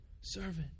servant